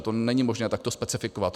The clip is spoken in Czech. To není možné takto specifikovat.